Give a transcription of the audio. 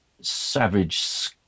savage